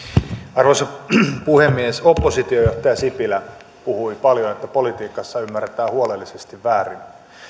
arvoisa puhemies oppositiojohtaja sipilä puhui paljon siitä että politiikassa ymmärretään huolellisesti väärin